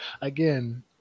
again